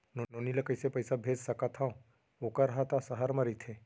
नोनी ल कइसे पइसा भेज सकथव वोकर हा त सहर म रइथे?